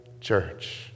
church